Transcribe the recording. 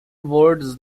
words